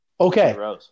Okay